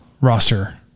roster